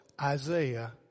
Isaiah